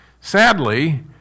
Sadly